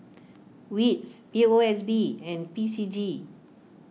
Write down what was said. Wits P O S B and P C G